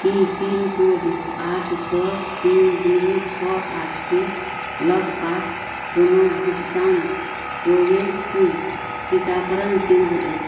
कि पिनकोड आठ छओ तीन जीरो छओ आठके लगपास कोनो भुगतान कोवैक्सीन टीकाकरण केन्द्र अछि